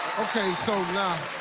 okay, so, now.